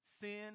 sin